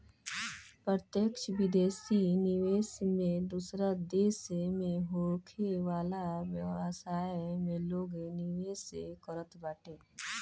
प्रत्यक्ष विदेशी निवेश में दूसरा देस में होखे वाला व्यवसाय में लोग निवेश करत बाटे